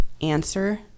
answer